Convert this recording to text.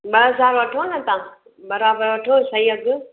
ॿ हज़ार वठो न तव्हां बराबरि वठो सही अघु